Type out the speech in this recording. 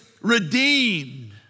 redeemed